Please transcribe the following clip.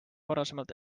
varasemalt